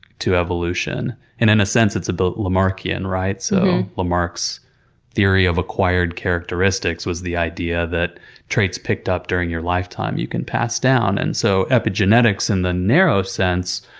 to evolution, and in a sense it's but lamarckian, right? so lamarck's theory of acquired characteristics was the idea that traits picked up during your lifetime, you can pass down. and so, epigenetics in and the narrow sense,